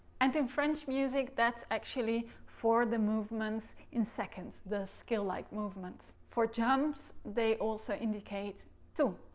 and in french music that's actually for the movements in seconds, the scale-like movements. for jumps, they also indicate tu.